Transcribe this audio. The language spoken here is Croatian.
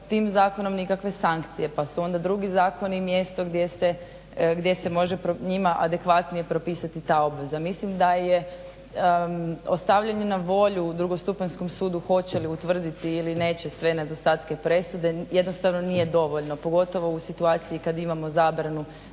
tim zakonom nikakve sankcije pa su onda drugi zakoni mjesto gdje se može njima adekvatnije propisati ta obveza. Mislim da je ostavljeno na volju drugostupanjskom sudu hoće li utvrditi ili neće sve nedostatke presude. Jednostavno nije dovoljno, pogotovo u situaciji kad imamo zabranu